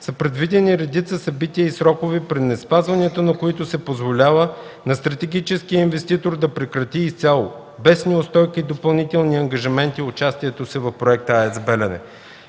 са предвидени редица събития и срокове при неспазването на които се позволява на стратегическия инвеститор да прекрати изцяло, без неустойки и допълнителни ангажименти участието си в Проекта АЕЦ „Белене”.